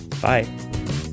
bye